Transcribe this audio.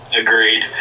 Agreed